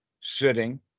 sitting